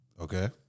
Okay